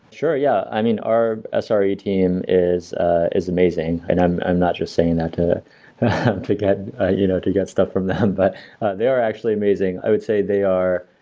sure, yeah. i mean, our ah sre team is ah is amazing and i'm i'm not just saying that to get ah you know to get stuff from them. but they are actually amazing. i would say they are,